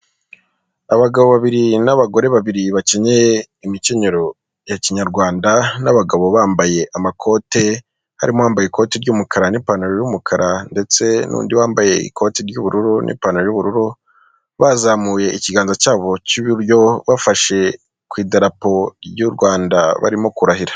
Abagabo babiri n'abagore babiri bakenyeye imikenyero ya kinyarwanda n'abagabo bambaye amakote harimo uwambaye ikoti ry'umukara n'ipantaro y'umukara ndetse n'undi wambaye ikoti ry'ubururu n'ipantaro y'ubururu bazamuye ikiganza cyabo cy'iburyo bafashe ku idarapo ry'u Rwanda barimo kurahira.